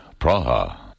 Praha